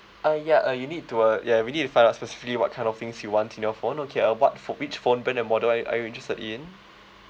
uh ya uh you need to uh ya we need to find out specifically what kind of things you want in your phone okay uh what pho~ which phone brand and model are you are you interested in